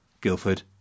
Guildford